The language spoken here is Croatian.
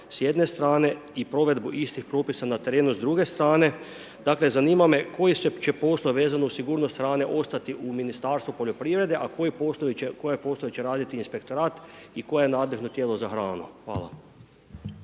s jedne strane i provedbu istih propisa na terenu s druge strane, dakle zanima me koji će uopće poslovi vezani uz sigurnost hrane ostati u Ministarstvu poljoprivrede a koje poslove će raditi Inspektorat i koje je nadležno tijelo za hranu? Hvala.